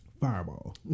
Fireball